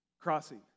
crossing